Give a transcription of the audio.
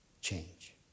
change